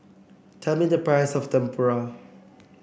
tell me the price of Tempura